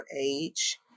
age